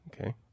Okay